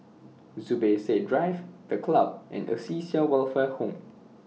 Zubir Said Drive The Club and Acacia Welfare Home